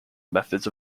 methods